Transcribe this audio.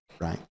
right